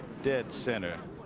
dead center.